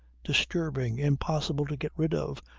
disturbing, impossible to get rid of,